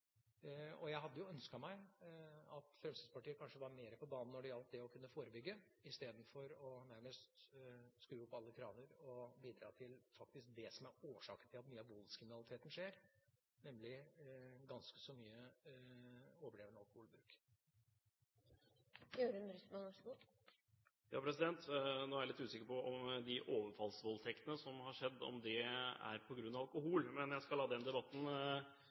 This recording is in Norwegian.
Jeg hadde jo ønsket at Fremskrittspartiet kanskje var mer på banen når det gjaldt å forebygge, i stedet for nærmest å skru opp alle kraner og bidra til det som faktisk er årsaken til mye av voldskriminaliteten, nemlig ganske så mye overdreven alkoholbruk. Nå er jeg litt usikker på om de overfallsvoldtektene som har skjedd, skyldtes alkohol, men jeg skal la den debatten